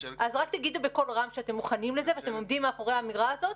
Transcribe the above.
אז רק תגידו בקול רם שאתם מוכנים לזה ואתם עומדים מאחורי האמירה הזאת,